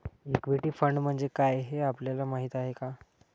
Equity fund म्हणजे काय, हे आपल्याला माहीत आहे का?